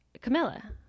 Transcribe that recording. Camilla